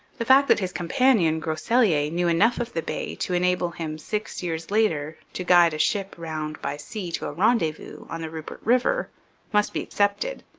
the fact that his companion, groseilliers, knew enough of the bay to enable him six years later to guide a ship round by sea to a rendezvous on the rupert river must be accepted.